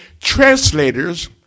Translators